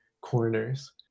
corners